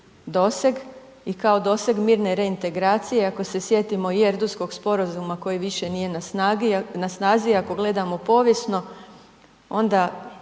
i kao doseg mirne reintegracije i ako se sjetimo i Erdutskog sporazuma koji više nije na snazi i ako gledamo povijesno onda